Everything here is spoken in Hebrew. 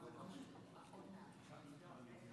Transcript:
קרוב ל-50 חברי כנסת.